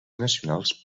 nacionals